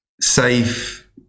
safe